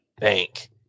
bank